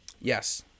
Yes